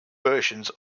versions